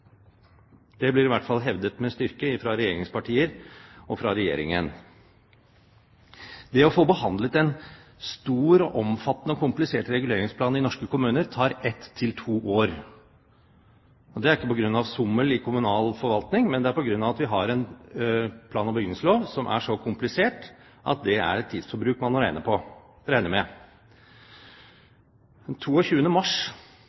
Det blir i hvert fall hevdet med styrke fra regjeringspartiene og fra Regjeringen. Å få behandlet en stor, omfattende og komplisert reguleringsplan i norske kommuner tar ett til to år. Det er ikke på grunn av sommel i kommunal forvaltning, men det er på grunn av at vi har en plan- og bygningslov som er så komplisert at det er det tidsforbruket man må regne med. Den 22. mars